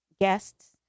guests